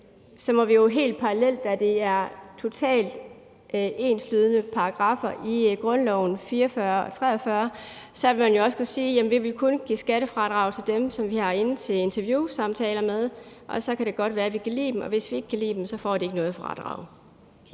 at grundlovens §§ 44 og 43 er totalt enslydende paragraffer, og så ville man jo også kunne sige, at vi kun vil give skattefradrag til dem, som vi har inde til interviewsamtaler, og så kan det godt være, at vi kan lide dem, og hvis vi ikke kan lide dem, så får de ikke noget fradrag.